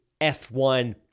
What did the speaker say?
F1